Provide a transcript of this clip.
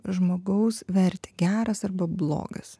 žmogaus vertę geras arba blogas